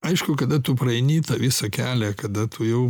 aišku kada tu praeini visą kelią kada tu jau